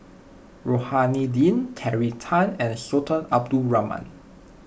Rohani Din Terry Tan and Sultan Abdul Rahman